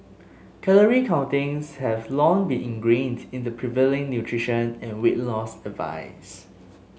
calorie counting has long been ingrained in the prevailing nutrition and weight loss advice